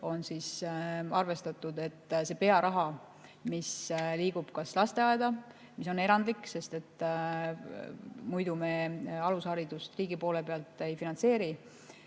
on arvestatud see pearaha, mis liigub kas lasteaeda, mis on erandlik, sest muidu me alusharidust riigi poolt ei finantseeri